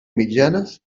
mitjanes